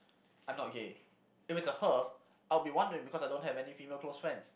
I'm not gay if it's a her I'll be wondering because I don't have any female close friends